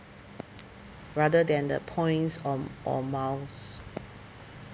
rather than the points or or miles